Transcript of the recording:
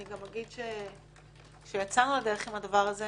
אני גם אגיד שכשיצאנו לדרך עם הדבר הזה,